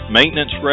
maintenance